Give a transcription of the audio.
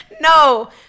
no